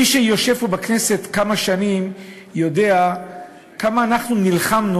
מי שיושב פה בכנסת כמה שנים יודע כמה אנחנו נלחמנו